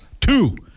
Two